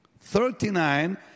Thirty-nine